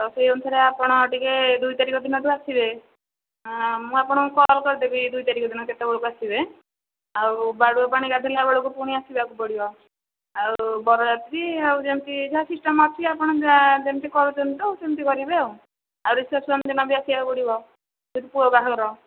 ତ ସେହି ଅନୁସାରେ ଆପଣ ଟିକିଏ ଦୁଇ ତାରିଖ ଦିନଠୁ ଆସିବେ ମୁଁ ଆପଣଙ୍କୁ କଲ୍ କରିଦେବି ଦୁଇ ତାରିଖ ଦିନ କେତେବେଳକୁ ଆସିବେ ଆଉ ବାଡ଼ୁଅ ପାଣି ଗାଧେଇଲା ବେଳକୁ ପୁଣି ଆସିବାକୁ ପଡ଼ିବ ଆଉ ବରଯାତ୍ରୀ ଆଉ ଯେମିତି ଯାହା ସିଷ୍ଟମ୍ ଅଛି ଆପଣଙ୍କର ଯେମିତି କରୁଛନ୍ତି ତ ସେମିତି କରିବେ ଆଉ ରିସେପ୍ସନ୍ ଦିନ ବି ଆସିବାକୁ ପଡ଼ିବ ଯେହେତୁ ପୁଅ ବାହାଘର